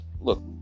Look